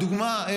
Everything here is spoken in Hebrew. לדוגמה,